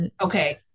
okay